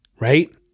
right